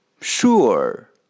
Sure